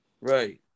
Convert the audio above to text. right